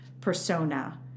persona